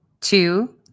Two